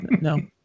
no